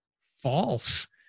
false